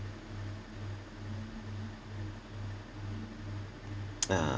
ah